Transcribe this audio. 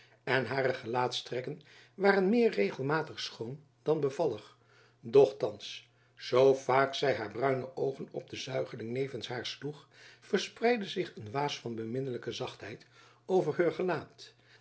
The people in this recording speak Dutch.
en hare gelaatstrekken waren meer regelmatig schoon dan bevallig doch thands zoo vaak zy haar bruine oogen op de zuigeling nevens haar sloeg verspreidde zich een waas van beminnelijke zachtheid over heur gelaat